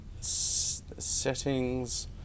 Settings